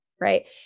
right